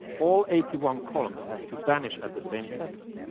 all eighty one columns have to vanish at the same second.